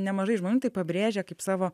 nemažai žmonių tai pabrėžia kaip savo